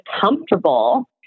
comfortable